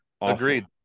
Agreed